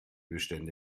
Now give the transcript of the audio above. bestände